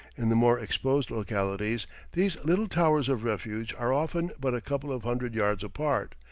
in the more exposed localities these little towers of refuge are often but a couple of hundred yards apart,